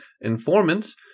informants